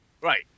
Right